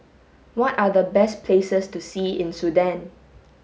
what are the best places to see in Sudan